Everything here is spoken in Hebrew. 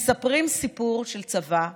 מספרים סיפור של צבא מקצועי.